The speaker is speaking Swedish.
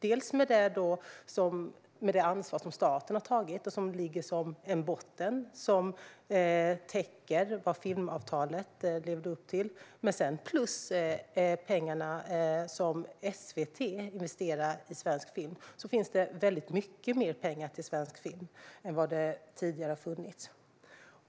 Det handlar dels om det ansvar som staten har tagit och som ligger som en botten som täcker vad filmavtalet levde upp till, dels om de pengar som SVT investerar i svensk film. Det finns alltså mycket mer pengar till svensk film än vad det tidigare har funnits.